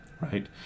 right